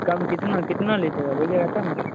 कम कितना कितना लीजिएगा बोलिएगा तब